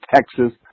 Texas